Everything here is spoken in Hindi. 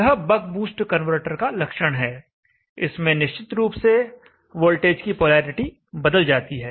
यह बक बूस्ट कन्वर्टर का लक्षण है इसमें निश्चित रूप से वोल्टेज की पोलैरिटी बदल जाती है